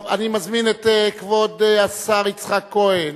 אני מזמין את כבוד השר יצחק כהן.